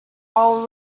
all